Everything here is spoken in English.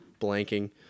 blanking